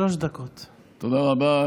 אתה רוצה?